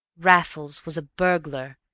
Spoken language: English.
raffles was a burglar.